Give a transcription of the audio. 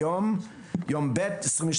היום כ"ב באייר התשפ"ב,